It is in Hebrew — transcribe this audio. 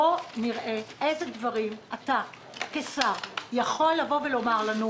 בואו נראה איזה דברים אתה כשר יכול לבוא ולומר לנו: